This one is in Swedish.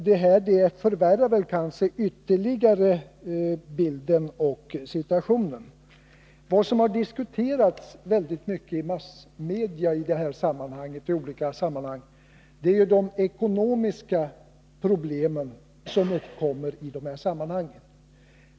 Det här förvärrar kanske situationen ytterligare. Vad som har diskuterats väldigt mycket i massmedia är de ekonomiska problem som uppkommer i dessa sammanhang.